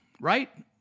right